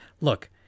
Look